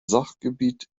sachgebiet